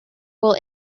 will